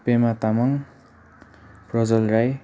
Pema Tamang Prajal Rai